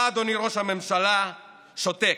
אתה, אדוני ראש הממשלה, שותק,